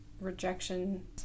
rejection